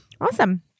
Awesome